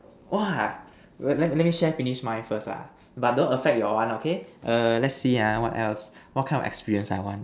!wah! will let let me share finish mine first lah but don't affect your one okay err let's see ah what else what kind of experience I want